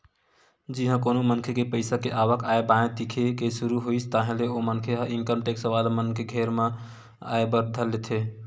जिहाँ कोनो मनखे के पइसा के आवक आय बाय दिखे के सुरु होइस ताहले ओ मनखे ह इनकम टेक्स वाला मन के घेरा म आय बर धर लेथे